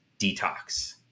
detox